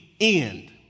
end